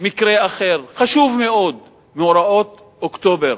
מקרה אחר, חשוב מאוד, מאורעות אוקטובר.